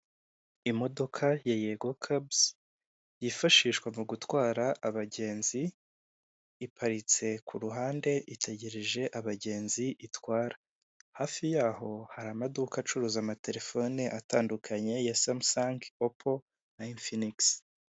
imodoka ya yego kabusi yifashishwa mu gutwara abagenzi iparitse ku ruhande itegereje abagenzi itwara hafi yaho hari amaduka acuruza amaterefone atandukanye ya samusangi opo na infinigisi